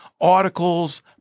articles